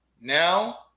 Now